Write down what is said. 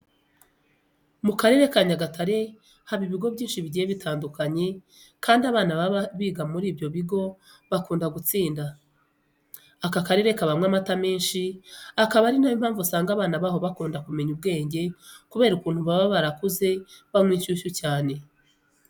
Mu karere ka Nyagatare haba ibigo byinshi bigiye bitandukanye kandi abana baba biga muri ibyo bigo bakunda gutsinda. Aka karere kabamo amata menshi, akaba ari yo mpamvu usanga abana baho bakunda kumenya ubwenge kubera ukuntu baba barakuze banywa inshyushyu cyane.